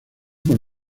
con